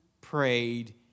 prayed